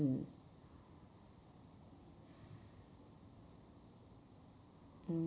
mm mm